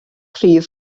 rhif